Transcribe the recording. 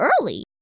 early